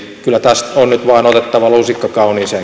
kyllä tässä on nyt vain otettava lusikka kauniiseen